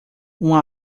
uma